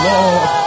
Lord